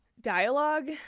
dialogue